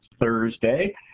Thursday